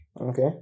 Okay